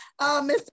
Mr